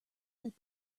that